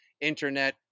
internet